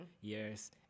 Yes